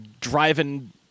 driving